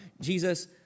Jesus